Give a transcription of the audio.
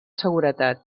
seguretat